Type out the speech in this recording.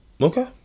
Okay